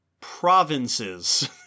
provinces